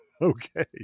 Okay